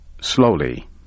slowly